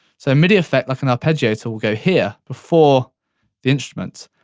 so, a midi effect like an arpeggiator will go here before the instruments,